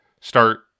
start